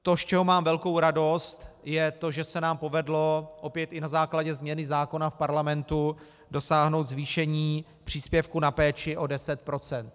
To, z čeho mám velkou radost, je to, že se nám povedlo opět i na základě změny zákona v Parlamentu dosáhnout zvýšení příspěvku na péči o 10 %.